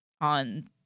on